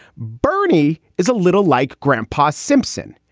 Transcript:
bernie is a little like grandpa simpson.